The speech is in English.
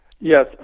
Yes